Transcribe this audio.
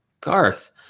Garth